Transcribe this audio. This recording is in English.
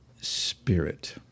Spirit